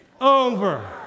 over